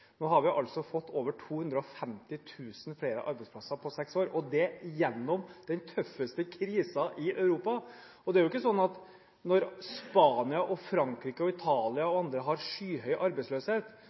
Nå har vi fått over 250 000 flere arbeidsplasser på seks år, og det under den tøffeste krisen i Europa. Det er ikke slik at når Frankrike, Spania, Italia og